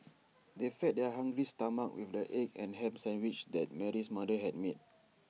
they fed their hungry stomachs with the egg and Ham Sandwiches that Mary's mother had made